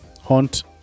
hunt